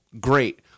great